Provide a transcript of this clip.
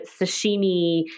sashimi